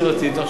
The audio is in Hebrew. לחשוב מה עושים.